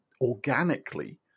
organically